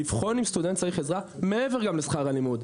לבחון אן סטודנט צריך עזרה גם מעבר גם לשכר הלימוד.